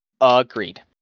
Agreed